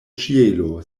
ĉielo